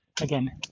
again